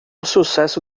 sucesso